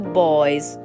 boy's